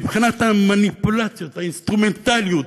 מבחינת המניפולציות והאינסטרומנטליות,